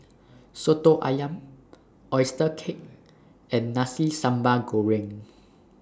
Soto Ayam Oyster Cake and Nasi Sambal Goreng